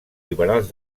liberals